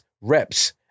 reps